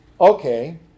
Okay